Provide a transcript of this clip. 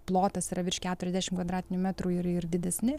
plotas yra virš keturiasdešimt kvadratinių metrų ir ir didesni